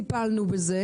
טיפלנו בזה.